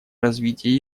развитие